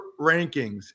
rankings